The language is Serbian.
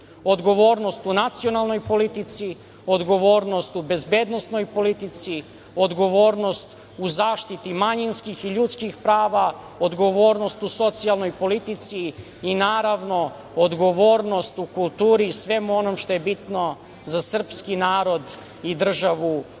odgovornost o nacionalnoj politici, odgovornost u bezbednosnoj politici, odgovornost u zaštiti manjinskih i ljudskih prava, odgovornost u socijalnoj politici i, naravno, odgovornost u kulturi i svemu onom što je bitno za srpski narod i državu